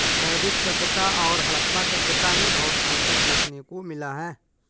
वैदिक सभ्यता और हड़प्पा सभ्यता में बहुत अन्तर देखने को मिला है